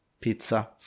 pizza